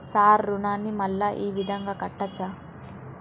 Sir రుణాన్ని మళ్ళా ఈ విధంగా కట్టచ్చా?